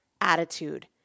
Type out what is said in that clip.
attitude